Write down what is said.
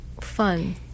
fun